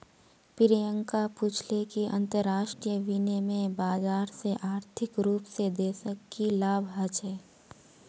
प्रियंका पूछले कि अंतरराष्ट्रीय विनिमय बाजार से आर्थिक रूप से देशक की लाभ ह छे